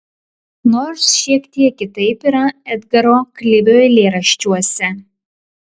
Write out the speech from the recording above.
nors šiek tiek kitaip yra edgaro klivio eilėraščiuose